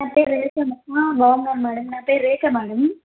నా పేరు రేఖ బాగున్నాను మేడమ్ నా పేరు రేఖ మేడం